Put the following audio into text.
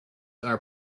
are